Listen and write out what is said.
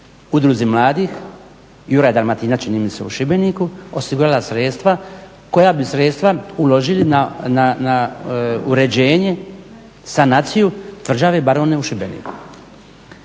Udruzi mladih "Juraj Dalmatinac" čini mi se u Šibeniku osigurala sredstva koja bi sredstva uložili na uređenje, sanaciju tvrđave Barone u Šibeniku.